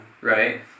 right